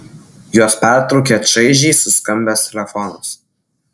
juos pertraukė čaižiai suskambęs telefonas